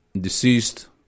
Deceased